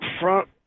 front